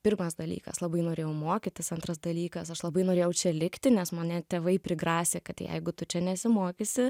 pirmas dalykas labai norėjau mokytis antras dalykas aš labai norėjau čia likti nes mane tėvai prigrasė kad jeigu tu čia nesimokysi